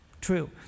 true